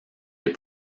les